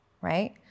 right